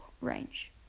range